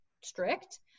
strict